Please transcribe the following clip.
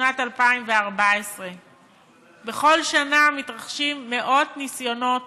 בשנת 2014. בכל שנה מתרחשים מאות ניסיונות